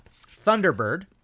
Thunderbird